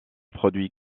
produit